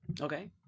Okay